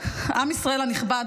עם ישראל הנכבד,